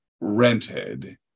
rented